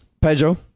Pedro